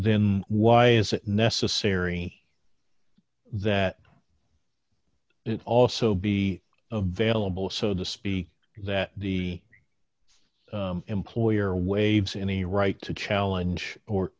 then why is it necessary that it also be a vailable so to speak that the employer waives any right to challenge or